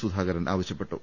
സുധാകരൻ ആവശ്യപ്പെട്ടു